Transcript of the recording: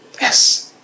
Yes